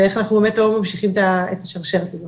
ואיך אנחנו לא ממשיכים את השרשרת הזאת.